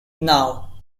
now